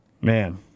Man